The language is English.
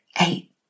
Eight